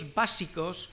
básicos